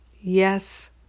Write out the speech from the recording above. Yes